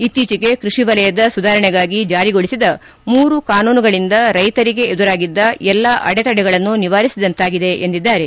ಇತ್ತೀಚಿಗೆ ಕೃಷಿ ವಲಯದ ಸುಧಾರಣೆಗಾಗಿ ಜಾರಿಗೊಳಿಸಿದ ಮೂರು ಕಾನೂನುಗಳಿಂದ ರೈತರಿಗೆ ಎದುರಾಗಿದ್ದ ಎಲ್ಲಾ ಅಡೆತಡೆಗಳನ್ನು ನಿವಾರಿಸಿದಂತಾಗಿದೆ ಎಂದಿದ್ದಾರೆ